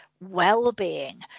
well-being